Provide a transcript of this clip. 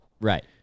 Right